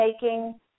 taking